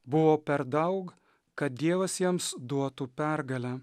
buvo per daug kad dievas jiems duotų pergalę